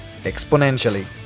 exponentially